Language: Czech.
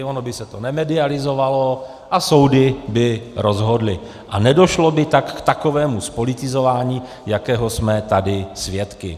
Ono by se to nemedializovalo a soudy by rozhodly a nedošlo by k takovému zpolitizování, jakého jsme tady svědky.